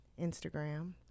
Instagram